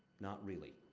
not really.